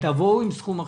תבואו עם סכום אחר.